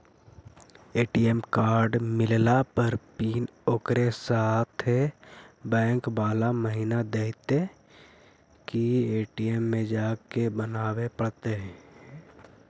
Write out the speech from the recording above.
ATM card मिलला पर pin ओकरे साथे बैक बाला महिना देतै कि ए.टी.एम में जाके बना बे पड़तै?